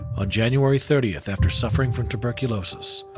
ah january thirtieth, after suffering from tuberculosis,